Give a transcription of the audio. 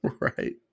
Right